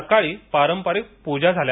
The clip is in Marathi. सकाळी पारंपारिक पूजा झाल्या